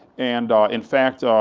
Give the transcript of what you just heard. and in fact,